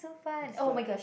is like